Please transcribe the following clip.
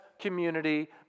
community